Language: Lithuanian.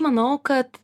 manau kad